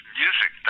music